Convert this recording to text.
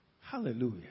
Hallelujah